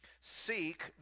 seek